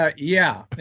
ah yeah